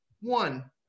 one